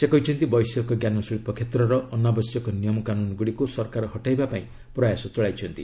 ସେ କହିଛନ୍ତି ବୈଷୟିକ ଜ୍ଞାନ ଶିଳ୍ପ କ୍ଷେତ୍ରର ଅନାବଶ୍ୟକ ନିୟମକାନୁନଗୁଡ଼ିକୁ ସରକାର ହଟାଇବାକୁ ପ୍ରୟାସ କରୁଛନ୍ତି